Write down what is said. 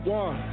one